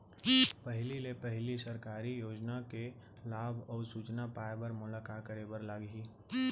पहिले ले पहिली सरकारी योजना के लाभ अऊ सूचना पाए बर मोला का करे बर लागही?